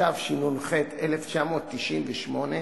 התשנ"ח 1998,